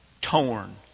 torn